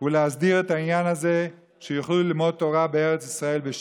ולהסדיר את העניין הזה שיוכלו ללמוד תורה בארץ ישראל בשקט.